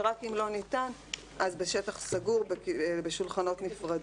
ורק אם לא ניתן בשטח סגור בשולחנות נפרדים.